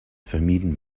vermieden